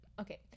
okay